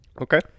Okay